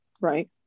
right